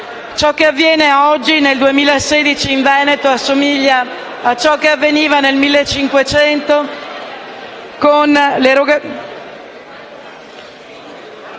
Ciò che avviene oggi nel 2016 in Veneto assomiglia a ciò che avveniva nel 1500 con la